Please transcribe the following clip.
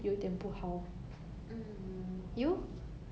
我现在在 take 一个 ethics class